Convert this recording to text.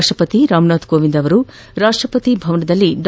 ರಾಷ್ಟಪತಿ ರಾಮ್ ನಾಥ್ ಕೋವಿಂದ್ ರಾಷ್ಟ ಪತಿಭವನದಲ್ಲಿ ಡಾ